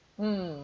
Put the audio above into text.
mm